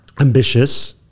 Ambitious